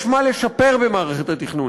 יש מה לשפר במערכת התכנון.